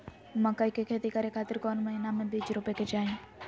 मकई के खेती करें खातिर कौन महीना में बीज रोपे के चाही?